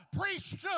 priesthood